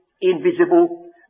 invisible